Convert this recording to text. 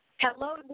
Hello